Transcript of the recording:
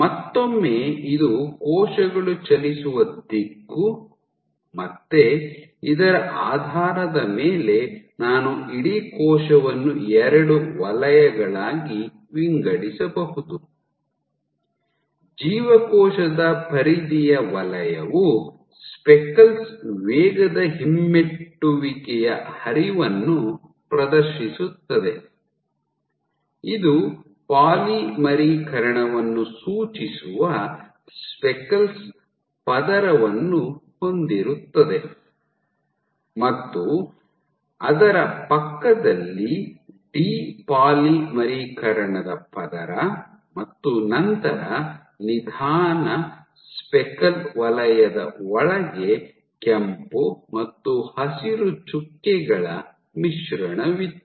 ಮತ್ತೊಮ್ಮೆ ಇದು ಕೋಶಗಳು ಚಲಿಸುವ ದಿಕ್ಕು ಮತ್ತೆ ಇದರ ಆಧಾರದ ಮೇಲೆ ನಾನು ಇಡೀ ಕೋಶವನ್ನು ಎರಡು ವಲಯಗಳಾಗಿ ವಿಂಗಡಿಸಬಹುದು ಜೀವಕೋಶದ ಪರಿಧಿಯ ವಲಯವು ಸ್ಪೆಕಲ್ಸ್ ವೇಗದ ಹಿಮ್ಮೆಟ್ಟುವಿಕೆಯ ಹರಿವನ್ನು ಪ್ರದರ್ಶಿಸುತ್ತದೆ ಇದು ಪಾಲಿಮರೀಕರಣವನ್ನು ಸೂಚಿಸುವ ಸ್ಪೆಕಲ್ಸ್ ಪದರವನ್ನು ಹೊಂದಿರುತ್ತದೆ ಮತ್ತು ಅದರ ಪಕ್ಕದಲ್ಲಿ ಡಿ ಪಾಲಿಮರೀಕರಣದ ಪದರ ಮತ್ತು ನಂತರ ನಿಧಾನ ಸ್ಪೆಕಲ್ ವಲಯದ ಒಳಗೆ ಕೆಂಪು ಮತ್ತು ಹಸಿರು ಚುಕ್ಕೆಗಳ ಮಿಶ್ರಣವಿತ್ತು